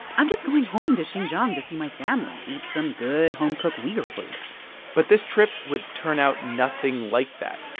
i'm just going home to xinjiang to see my family, eat some good, home-cooked uighur food but this trip would turn out nothing like that.